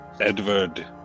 Edward